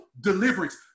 deliverance